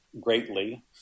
greatly